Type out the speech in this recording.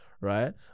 right